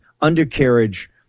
undercarriage